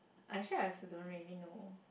actually I also don't really know